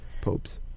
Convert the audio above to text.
popes